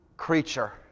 creature